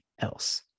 else